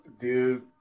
Dude